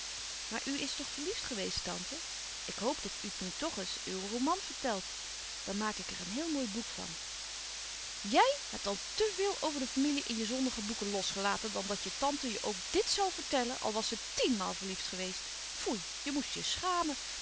maar u is toch verliefd geweest tante ik hoop dat u me toch eens uw roman vertelt dan maak ik er een heel mooi boek van jij hebt al te veel over de familie in je zondige boeken losgelaten dan dat tante je ook dt zoû vertellen al was ze tiènmaal verliefd geweest foei je moest je schamen